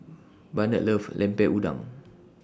Barnard loves Lemper Udang